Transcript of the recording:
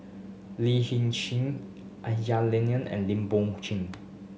Lin Hsin Sin Aisyah Lyana and Lim Bon Chen